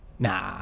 Nah